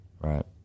Right